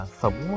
sống